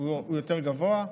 הוא יותר גבוה.